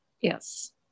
Yes